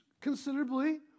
considerably